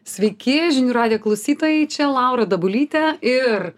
sveiki žinių radijo klausytojai čia laura dabulytė ir